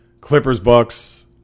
Clippers-Bucks